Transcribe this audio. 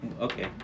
okay